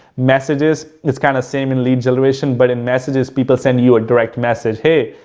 messages, it's kind of same in lead generation, but in messages, people send you a direct message, hey,